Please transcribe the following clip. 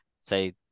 say